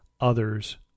others